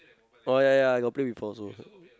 oh ya ya ya I got play before also